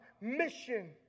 mission